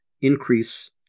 increase